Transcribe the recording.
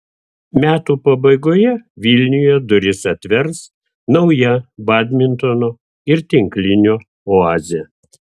metų pabaigoje vilniuje duris atvers nauja badmintono ir tinklinio oazė